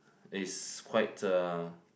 it's quite a